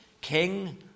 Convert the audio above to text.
King